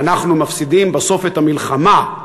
אנחנו מפסידים בסוף את המלחמה,